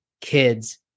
kids